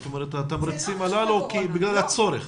התמריצים הללו הם בגלל הצורך.